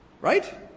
right